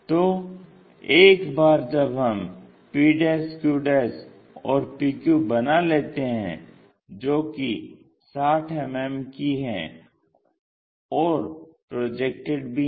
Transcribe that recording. तो एक बार जब हम p q और p q बना लेते हैं जो कि 60 मिमी की हैं और प्रोजेक्टेड भी हैं